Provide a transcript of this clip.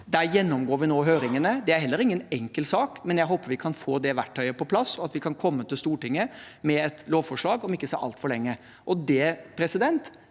Der gjennomgår vi nå høringene. Det er heller ingen enkel sak, men jeg håper vi kan få det verktøyet på plass, og at vi kan komme til Stortinget med et lovforslag om ikke så altfor lenge. Det vil